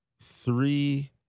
three